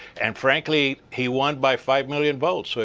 and frankly, he won by five million votes. so